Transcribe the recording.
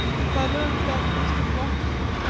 and i learned that mr. bloxam,